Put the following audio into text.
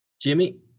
Jimmy